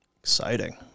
Exciting